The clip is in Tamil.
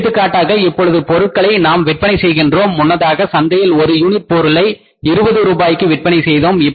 எடுத்துக்காட்டாக இப்பொழுது பொருட்களை நாம் விற்பனை செய்கின்றோம் முன்னதாக சந்தையில் ஒரு யூனிட் பொருளை 20 ரூபாய்க்கு விற்பனை செய்தோம்